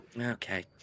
Okay